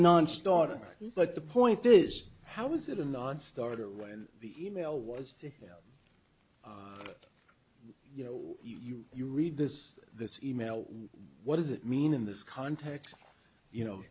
nonstarter but the point is how was it a nonstarter when the email was the you know you you read this this e mail what does it mean in this context you know